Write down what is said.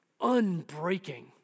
unbreaking